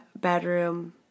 bedroom